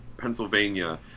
Pennsylvania